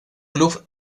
club